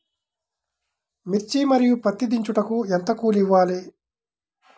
మిర్చి మరియు పత్తి దించుటకు ఎంత కూలి ఇవ్వాలి?